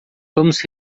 vamos